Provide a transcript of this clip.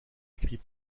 écrit